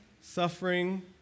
suffering